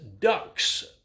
ducks